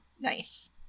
nice